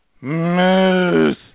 Moose